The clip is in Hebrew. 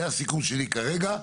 זה הסיכום שלי כרגע.